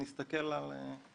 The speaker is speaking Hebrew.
אנחנו נסתכל על דוח הביקורת.